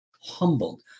humbled